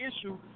issue